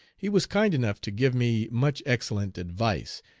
he was kind enough to give me much excellent advice,